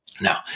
Now